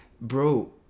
Bro